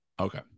okay